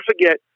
forget